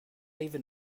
even